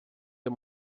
del